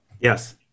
Yes